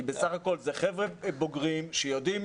כי בסך הכול אלה חבר'ה בוגרים שיודעים